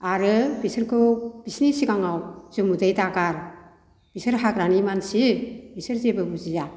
आरो बिसोरखौ बिसिनि सिगाङाव जुमुदै दागार बिसोर हाग्रानि मानसि बिसोर जेबो बुजिया